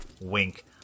wink